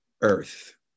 earth